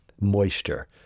moisture